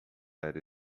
era